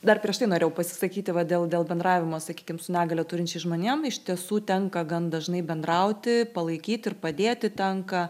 dar prieš tai norėjau pasisakyti va dėl dėl bendravimo sakykim su negalią turinčiais žmonėm iš tiesų tenka gan dažnai bendrauti palaikyti ir padėti tenka